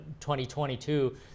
2022